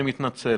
אני מתנצל.